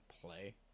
play